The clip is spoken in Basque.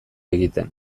egiten